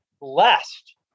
blessed